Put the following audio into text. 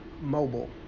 mobile